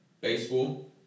baseball